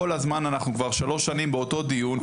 אנחנו כבר שלוש שנים באותו דיון,